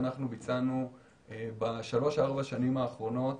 ביצענו בשלוש-ארבע השנים האחרונות,